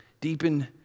Deepen